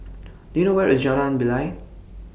Do YOU know Where IS Jalan Bilal